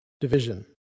division